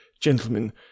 gentlemen